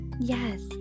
yes